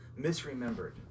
misremembered